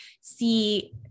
see